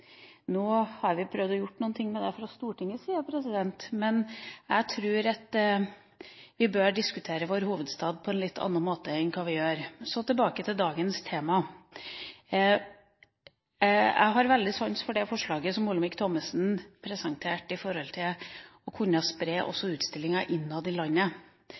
Nå har vi prøvd å gjøre noe med det fra Stortingets side, men jeg tror vi bør diskutere vår hovedstad på en litt annen måte enn vi gjør. Så tilbake til dagens tema. Jeg har veldig sans for det forslaget som Olemic Thommessen presenterte når det gjelder å kunne spre utstillinger også innad i landet.